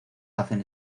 hacen